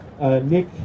Nick